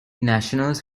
nationals